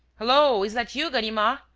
hullo, is that you, ganimard?